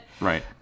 Right